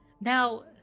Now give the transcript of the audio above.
Now